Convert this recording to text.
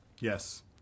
Yes